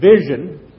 vision